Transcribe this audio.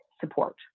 support